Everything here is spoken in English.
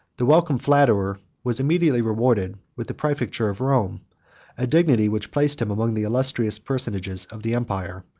the welcome flatterer was immediately rewarded with the praefecture of rome a dignity which placed him among the illustrious personages of the empire,